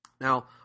Now